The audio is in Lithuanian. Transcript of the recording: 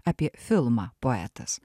apie filmą poetas